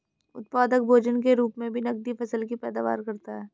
उत्पादक भोजन के रूप मे भी नकदी फसल की पैदावार करता है